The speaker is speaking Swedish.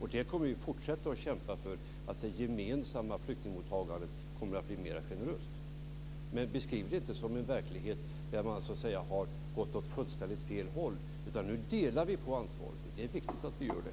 Och vi kommer att fortsätta att kämpa för att det gemensamma flyktingmottagandet kommer att bli mera generöst. Men beskriv det inte som en verklighet där man har gått åt fullständigt fel håll! Nu delar vi på ansvaret, och det är viktigt att vi gör det.